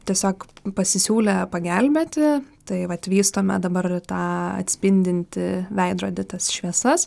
tiesiog pasisiūlė pagelbėti tai vat vystome dabar tą atspindintį veidrodį tas šviesas